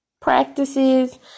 practices